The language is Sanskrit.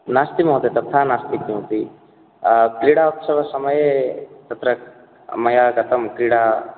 नास्ति महोदय तथा नास्ति किमपि क्रीडा उत्सवसमये तत्र मया गतं क्रीडा